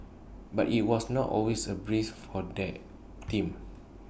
but IT was not always A breeze for their team